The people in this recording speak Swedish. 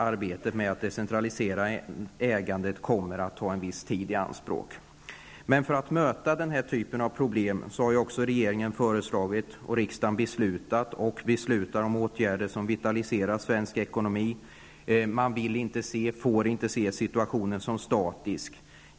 Arbetet med att decentralisera ägandet kommer alltså att ta en viss tid i anspråk. För att möta den här typen av problem har regeringen föreslagit och riksdagen beslutat och beslutar om åtgärder som vitaliserar svensk ekonomi. Man vill inte och får inte se situationen som statisk.